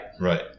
Right